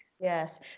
Yes